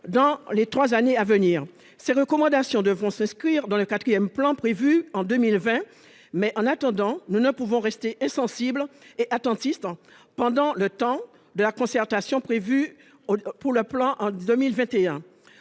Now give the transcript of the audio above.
dans les 3 années à venir ces recommandations devront souscrire dans le 4ème plan prévu en 2020, mais en attendant nous ne pouvons rester insensibles et attentiste pendant le temps de la concertation prévue pour le plan en 2021